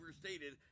overstated